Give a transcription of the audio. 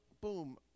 boom